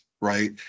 right